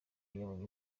yabonye